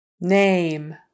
Name